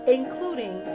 including